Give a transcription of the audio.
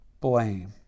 blame